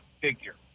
figure